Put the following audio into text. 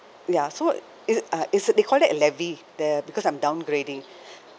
ya so it uh it's they call it a levy the because I'm downgrading